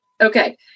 Okay